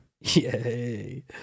Yay